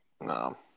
no